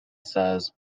says